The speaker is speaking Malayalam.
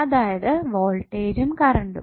അതായത് വോൾടേജും കറണ്ടും